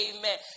Amen